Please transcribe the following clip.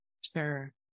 Sure